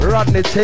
Rodney